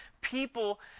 people